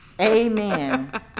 Amen